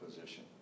position